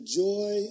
joy